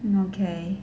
okay